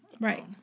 Right